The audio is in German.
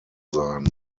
sein